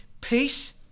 Peace